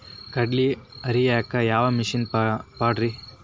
ಕಡ್ಲಿ ಹರಿಯಾಕ ಯಾವ ಮಿಷನ್ ಪಾಡ್ರೇ?